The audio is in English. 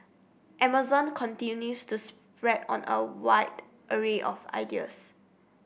Amazon continues to spread on a wide array of ideas